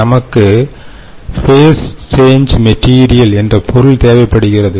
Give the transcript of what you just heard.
நமக்கு phase change material என்ற பொருள் தேவைப்படுகிறது